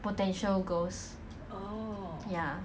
like err east central and west